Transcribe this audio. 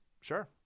sure